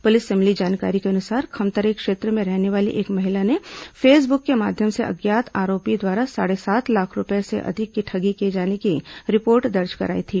police से मिली जानकारी के अनुसार खमतराई क्षेत्र में रहने वाली एक महिला ने फेसबुक के माध्यम से अज्ञात आरोपी द्वारा साढ़े सात लाख रूपये से अधिक की ठगी किए जाने की रिपोर्ट दर्ज कराई थी